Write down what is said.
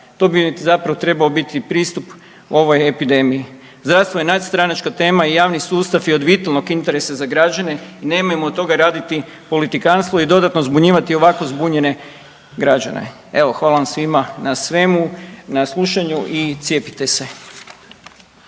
To bi zapravo trebao biti pristup ovoj epidemiji. Zdravstvo je nadstranačka tema i javni sustav je od vitalnog interesa za građane i nemojmo od toga raditi politikanstvo i dodatno zbunjivati ovako zbunjene građane. Evo hvala vam svima na svemu, na slušanju i cijepite se.